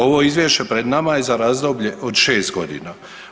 Ovo Izvješće pred nama je za razdoblje od 6 godina.